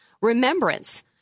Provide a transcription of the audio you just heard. remembrance